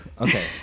okay